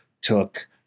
took